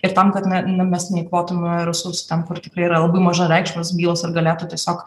ir tam kad na na mes neeikvotumėme resursų ten kur tikrai yra labai mažareikšmės bylos ir galėtų tiesiog